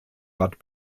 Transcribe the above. bad